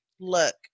look